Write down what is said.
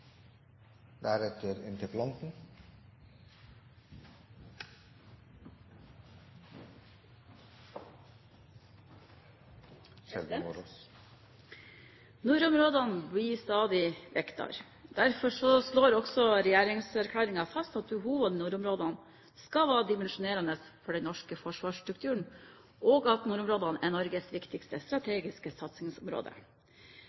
Nordområdene blir stadig viktigere. Derfor slår også regjeringserklæringen fast at behovene i nordområdene skal være dimensjonerende for den norske forsvarsstrukturen, og at nordområdene er Norges viktigste